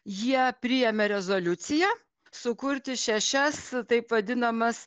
jie priėmė rezoliuciją sukurti šešias taip vadinamas